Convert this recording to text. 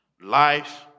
Life